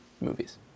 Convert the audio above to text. movies